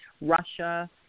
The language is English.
Russia